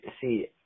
See